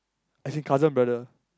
as in cousin brother